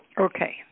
Okay